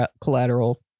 Collateral